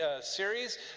series